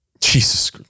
Jesus